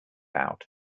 out